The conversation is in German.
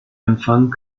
empfang